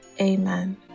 Amen